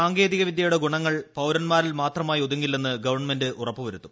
സാങ്കേതിക വിദ്യയുടെ ഗുണങ്ങൾ പൌരന്മാരിൽ മാത്രമായി ഒതുങ്ങില്ലെന്ന് ഗവൺമെന്റ് ഉറപ്പ് വരുത്തും